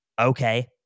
okay